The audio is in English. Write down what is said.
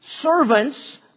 servants